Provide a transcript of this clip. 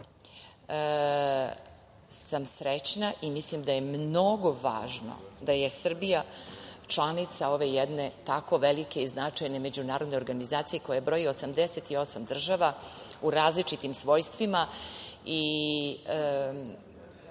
sam srećna i mislim da je mnogo važno da je Srbija članica ove jedne tako velike i značajne međunarodne organizacije koja broji 88 država u različitim svojstvima i,